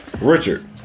Richard